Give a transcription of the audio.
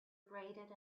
abraded